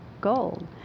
gold